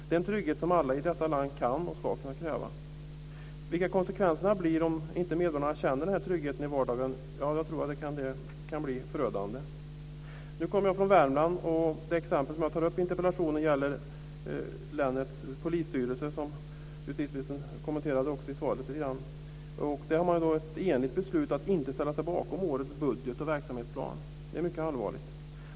Det är en trygghet som alla i detta land kan och ska kunna kräva. Vilka konsekvenserna blir om medborgarna inte känner denna trygghet i vardagen tror jag kan bli förödande. Nu kommer jag från Värmland, och det exempel som jag tar upp i interpellationen gäller länets polisstyrelse som justitieministern också kommenterade lite grann i svaret. Där har man ett enigt beslut att inte ställa sig bakom årets budget och verksamhetsplan. Det är mycket allvarligt.